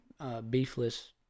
beefless